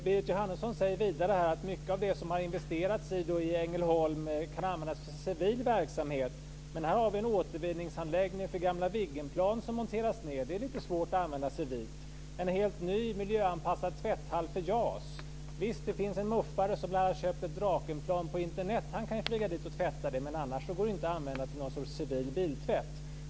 Berit Jóhannesson säger vidare att mycket av det som har investerats i Ängelholm kan användas för civil verksamhet. Här har vi en återvinningsanläggning för gamla Viggenplan som monteras ned. Det är lite svårt att använda civilt. Det finns en helt ny miljöanpassad tvätthall för JAS. Det finns en muf:are som lär ha köpt ett Drakenplan på Internet. Han kan flyga dit och tvätta det, men annars går den inte att använda till någon sorts civil biltvätt.